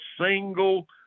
single